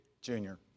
Junior